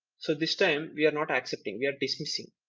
so this time we are not accepting we are dismissing